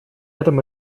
этом